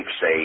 say